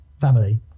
family